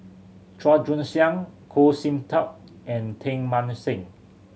Chua Joon Siang Goh Sin Tub and Teng Mah Seng